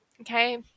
Okay